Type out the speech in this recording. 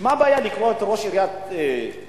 מה הבעיה לקרוא לראש עיריית נשר,